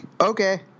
Okay